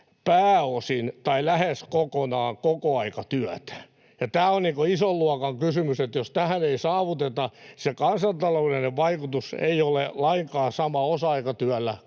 pääosin tai lähes kokonaan kokoaikatyötä. Tämä on ison luokan kysymys, jos tätä ei saavuteta, koska sen kansantaloudellinen vaikutus ei ole lainkaan sama osa-aikatyöllä